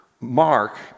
Mark